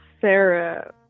Sarah